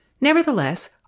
Nevertheless